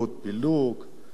כל מיני דברים אחרים.